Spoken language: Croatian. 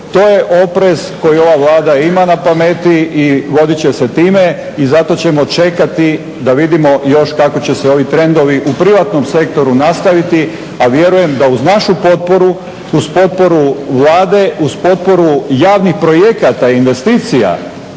To je oprez koji ova Vlada ima na pameti i vodit će se time i zato ćemo čekati da vidimo još kako će se ovi trendovi u privatnom sektoru nastaviti, a vjerujem da uz našu potporu, uz potporu Vlade, uz potporu javnih projekata i investicija,